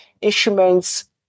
instruments